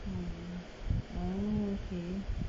oh oh okay